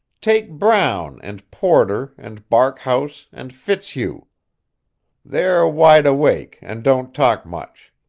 take brown and porter and barkhouse and fitzhugh. they're wide-awake, and don't talk much.